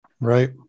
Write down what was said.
Right